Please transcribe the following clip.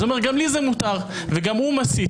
אז הוא אומר: גם לי זה מותר וגם הוא מסית.